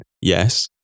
Yes